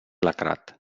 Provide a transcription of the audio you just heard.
lacrat